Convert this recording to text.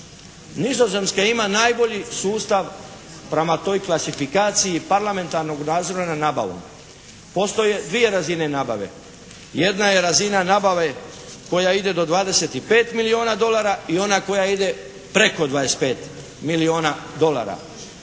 Nizozemska ima najbolji sustav prama toj klasifikaciji parlamentarnog nadzora nad nabavom. Postoje dvije razine nabave. Jedna je razina nabave koja ide do 25 milijuna dolara i ona koja ide preko 25 milijuna dolara.